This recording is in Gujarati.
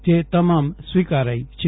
જે તમામ સ્વીકારાઇ છે